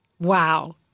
Wow